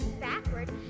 backward